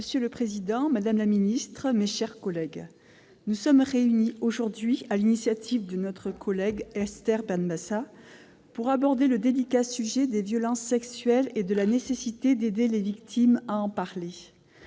Monsieur le président, madame la ministre, mes chers collègues, nous sommes réunis aujourd'hui, sur l'initiative d'Esther Benbassa, pour aborder le délicat sujet des violences sexuelles et de la nécessité d'aider les victimes à en parler.